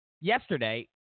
yesterday